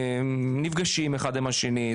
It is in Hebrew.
הם נפגשים אחד עם השני,